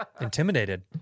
Intimidated